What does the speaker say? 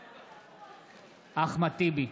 נגד אחמד טיבי,